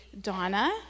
Donna